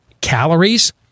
calories